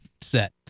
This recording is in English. set